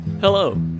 Hello